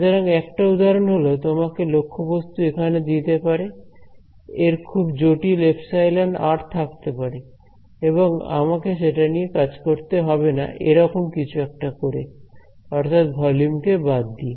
সুতরাং একটা উদাহরণ হল তোমাকে লক্ষ্যবস্তু এখানে দিতে পারে এর খুব জটিল এপসাইলন আর থাকতে পারে এবং আমাকে সেটা নিয়ে কাজ করতে হবে না এরকম কিছু একটা করে অর্থাৎ ভলিউম কে বাদ দিয়ে